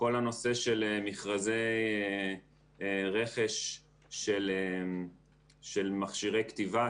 כל הנושא של מכרזי רכש של מכשירי כתיבה,